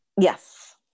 Yes